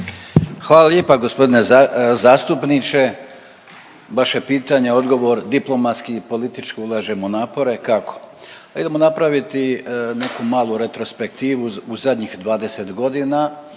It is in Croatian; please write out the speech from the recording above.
Hvala lijepa g. zastupniče. Vaše je pitanje odgovor diplomatski i politički ulažemo napore, kako? A idemo napraviti neku malu retrospektivu u zadnjih 20 godina